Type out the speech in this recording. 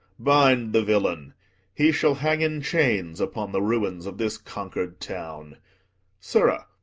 bind the villain he shall hang in chains upon the ruins of this conquer'd town sirrah,